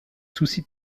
soucis